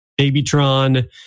Babytron